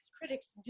critics